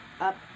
up